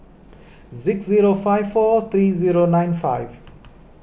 six zero five four three zero nine five